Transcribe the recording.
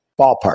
ballpark